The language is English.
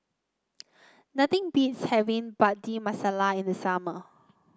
nothing beats having Bhindi Masala in the summer